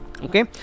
Okay